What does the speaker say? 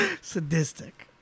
Sadistic